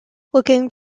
looking